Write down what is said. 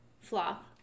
flop